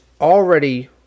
already